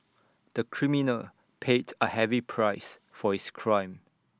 the criminal paid A heavy price for his crime